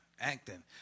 acting